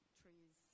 trees